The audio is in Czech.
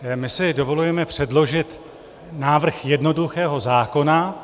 My si dovolujeme předložit návrh jednoduchého zákona.